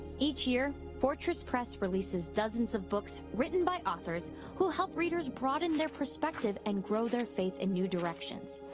each year fortress press releases dozens of books written by authors who help readers broaden their perspective and grow their faith in new directions.